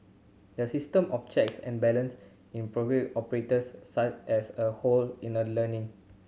the system of checks and balance in operates such as a whole in a learning